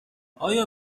آیا